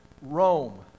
Rome